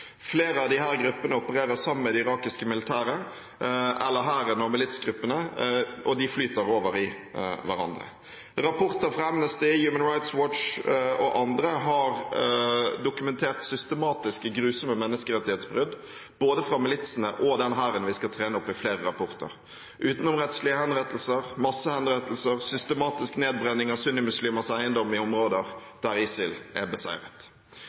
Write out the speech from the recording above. Flere av disse gruppene opererer sammen med de irakiske militære, eller hæren og militsgruppene, og de flyter over i hverandre. Amnesty, Human Rights Watch og andre har i flere rapporter dokumentert systematiske, grusomme menneskerettighetsbrudd både fra militsene og den hæren vi skal trene opp – utenomrettslige henrettelser, massehenrettelser og systematisk nedbrenning av sunnimuslimers eiendom i områder der ISIL er beseiret.